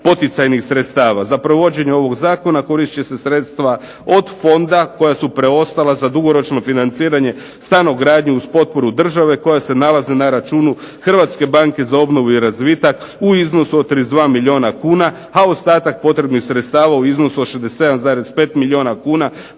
poticajnih sredstava, za provođenje ovog Zakona koristit će se sredstva od fonda koja su preostala za dugoročno financiranje stanogradnje uz potporu države koja se nalaze na računu Hrvatske banke za obnovu i razvitak u iznosu od 32 milijuna kuna, a ostatak potrebnih sredstava u iznosu od 67,5 milijuna kuna